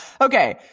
Okay